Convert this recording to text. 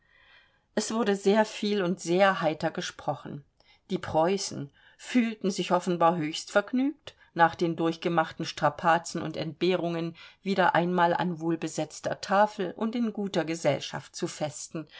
es wurde sehr viel und sehr heiter gesprochen die preußen fühlten sich offenbar höchst vergnügt nach den durchgemachten strapazen und entbehrungen wieder einmal an wohlbesetzter tafel und in guter gesellschaft zu festen